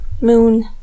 Moon